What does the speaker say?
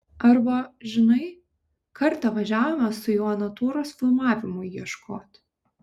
arba žinai kartą važiavome su juo natūros filmavimui ieškot